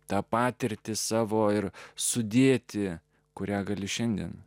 tą patirtį savo ir sudėti kurią gali šiandien